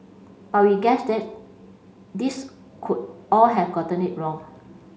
but we guess that these could all have gotten it wrong